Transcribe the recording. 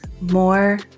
more